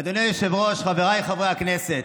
אדוני היושב-ראש, חבריי חברי הכנסת,